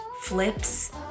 flips